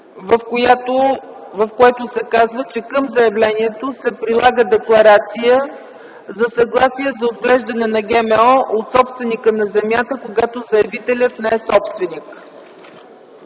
в което се казва, че към заявлението се прилага декларация за съгласие за отглеждане на ГМО от собственика на земята, когато заявителят не е собственик.